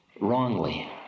wrongly